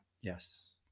yes